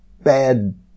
bad